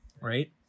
Right